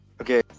Okay